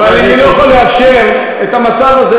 ואני לא יכול לאפשר את המצב הזה,